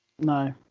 No